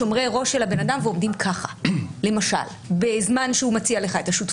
שומרי ראש של הבן אדם ועומדים שם בזמן שהוא מציע לך את השותפות.